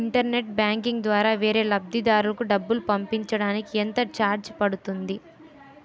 Internet banking ద్వారా వేరే లబ్ధిదారులకు డబ్బులు పంపించటానికి ఎంత ఛార్జ్ పడుతుంది?